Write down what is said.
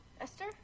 Esther